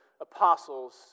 apostles